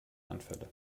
anfälle